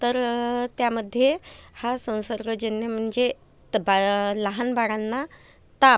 तर त्यामध्ये हा संसर्गजन्य म्हणजे तबा लहान बाळांना ताप